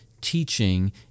teaching